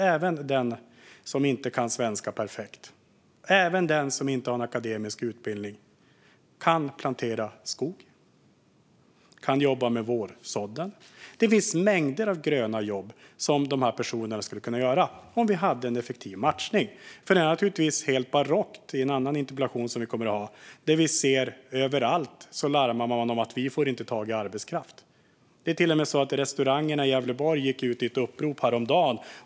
Även den som inte kan svenska perfekt, fru talman, och även den som inte har en akademisk utbildning, kan plantera skog och jobba med vårsådden. Det finns mängder av gröna jobb som dessa personer skulle kunna göra om vi hade en effektiv matchning. Det är naturligtvis helt barockt, och det är något som vi kommer att ta upp i en annan interpellationsdebatt. Vi ser att man larmar överallt: Vi får inte tag i arbetskraft. Det är till och med så att restaurangerna i Gävleborg gick ut i ett upprop häromdagen.